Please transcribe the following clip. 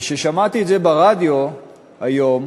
כששמעתי את זה ברדיו היום,